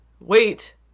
Wait